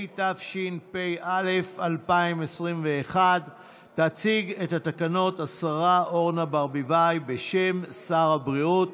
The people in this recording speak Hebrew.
התשפ"א 2021. תציג את התקנות השרה אורנה ברביבאי בשם שר הבריאות,